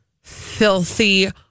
filthy